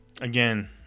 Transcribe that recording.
again